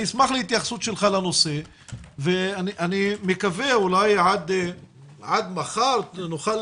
אשמח להתייחסות שלך לנושא ואני מקווה אולי עד מחר נוכל